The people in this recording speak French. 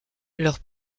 leur